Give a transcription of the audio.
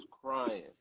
crying